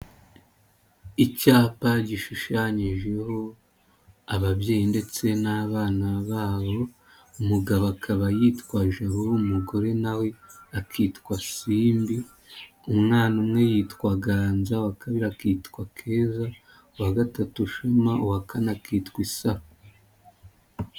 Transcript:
Icyapa gishushanyijeho, ababyeyi ndetse n'abana babo, umugabo akaba yitwa Jabo, umugore nawe akitwa Simbi, umwana umwe yitwa Ganza, uwa kabiri akitwa Keza, uwa gatatu Shema, uwa kane akitwa Isa.